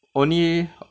only